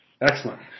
Excellent